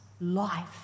life